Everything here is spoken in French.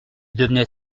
devenait